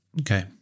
Okay